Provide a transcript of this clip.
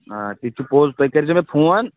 آ تہِ چھُ پوٚز تُہۍ کٔرۍزیٚو مےٚ فون